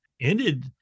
ended